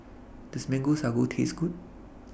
Does Mango Sago Taste Good